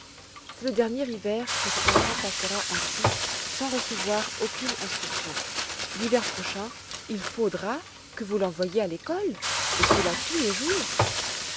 c'est le dernier hiver que cette enfant passera ainsi sans recevoir aucune instruction l'hiver prochain il faudra que vous l'envoyiez à l'école et cela tous les jours